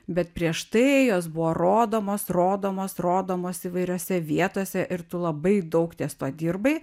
bet prieš tai jos buvo rodomos rodomos rodomos įvairiose vietose ir tu labai daug ties tuo dirbai